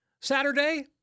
Saturday